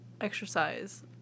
exercise